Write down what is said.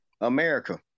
America